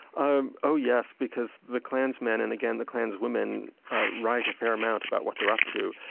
um oh yes, because the klansmen and again, the klanswomen write a fair amount about what they're up to.